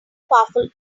powerful